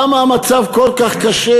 למה המצב כל כך קשה.